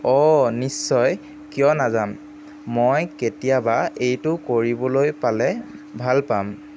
অঁ নিশ্চয় কিয় নাযাম মই কেতিয়াবা এইটো কৰিবলৈ পালে ভাল পাম